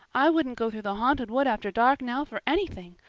i wouldn't go through the haunted wood after dark now for anything.